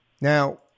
now